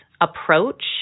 Approach